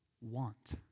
want